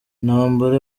ntambara